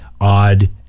odd